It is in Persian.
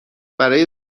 برای